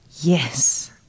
yes